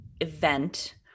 Event